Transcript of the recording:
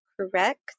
correct